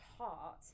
heart